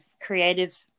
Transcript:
creative